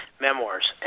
memoirs